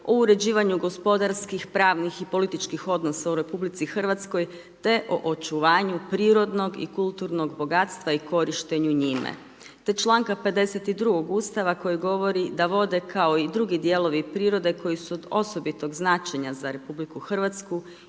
o uređivanju gospodarskih, pravnih i političkih odnosa u RH te o očuvanju prirodnog i kulturnog bogatstva i korištenju njime, te čl. 52. Ustava koji govore da vode kao i drugi dijelovi prirode, koji su od osobitog značenja za RH, imaju